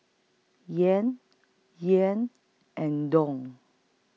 Yen Yen and Dong